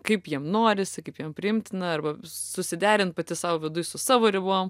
kaip jiem norisi kaip jiem priimtina arba susiderint pati sau viduj su savo ribom